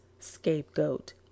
scapegoat